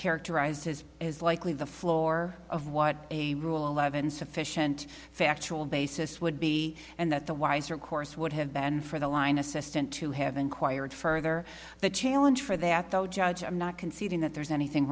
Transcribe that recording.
characterized as is likely the floor of what a rule eleven sufficient factual basis would be and that the wiser course would have been for the line assistant to have inquired further the challenge for that though judge i'm not conceding that there's anything